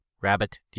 rabbit